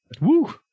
Woo